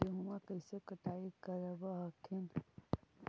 गेहुमा कैसे कटाई करब हखिन?